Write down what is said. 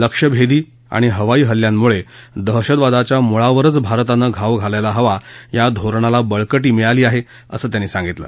लक्षभेदी आणि हवाई हल्ल्यांमुळे दहशतवादाच्या मुळावरच भारतानं घाव घालायला हवा या धोरणाला बळकी मिळाली आहे असं त्यांनी सांगितलं